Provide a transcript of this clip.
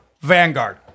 Vanguard